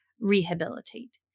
rehabilitate